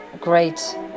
great